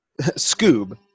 Scoob